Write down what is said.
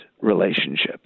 relationships